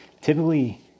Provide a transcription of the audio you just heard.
Typically